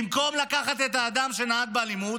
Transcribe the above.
במקום לקחת את האדם שנהג באלימות,